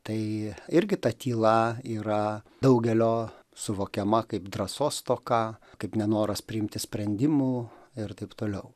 tai irgi ta tyla yra daugelio suvokiama kaip drąsos stoka kaip nenoras priimti sprendimų ir taip toliau